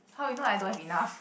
how you know I don't have enough